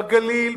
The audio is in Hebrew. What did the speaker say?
בגליל,